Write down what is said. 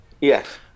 Yes